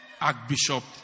Archbishop